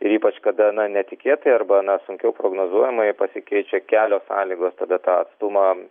ir ypač kada na netikėtai arba na sunkiau prognozuojamai pasikeičia kelios sąlygos bet tą atstumą